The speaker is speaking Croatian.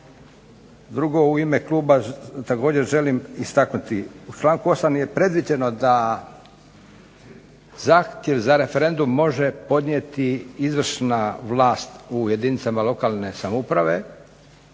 Drugo, u ime kluba također želim istaknuti, u članku 8. je predviđeno da zahtjev za referendum može podnijeti izvršna vlast u jedinicama lokalne samouprave,